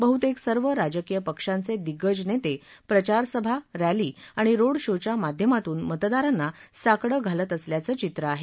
बह्तेक सर्व राजकीय पक्षाचे दिग्गज नेते प्रचारसभा रॅली आणि रोड शोच्या माध्यमातून मतदारांना साकडं घालत असल्याचं चित्र आहे